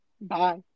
Bye